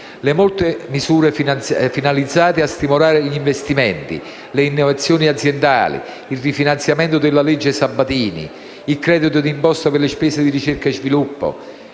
Le molte misure finalizzate a stimolare gli investimenti e le innovazioni aziendali, il rifinanziamento della legge Sabatini, il credito di imposta per spese di ricerca e sviluppo,